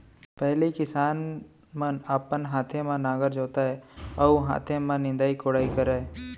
पहिली किसान मन अपने हाथे म नांगर जोतय अउ हाथे म निंदई कोड़ई करय